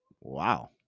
Wow